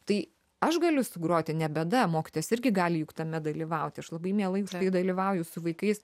tai aš galiu sugroti ne bėda mokytojas irgi gali juk tame dalyvauti aš labai mielai dalyvauju su vaikais